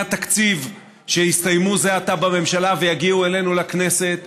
התקציב שהסתיימו זה עתה בממשלה ויגיעו אלינו לכנסת,